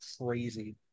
crazy